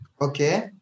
Okay